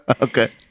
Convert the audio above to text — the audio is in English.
Okay